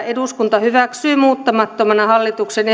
eduskunta hyväksyy muuttamattomana hallituksen